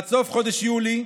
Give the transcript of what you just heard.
עד סוף חודש יולי,